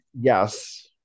Yes